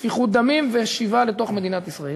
שפיכות דמים ושיבה לתוך מדינת ישראל.